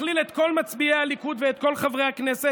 הכליל את כל מצביעי הליכוד ואת כל חברי הכנסת.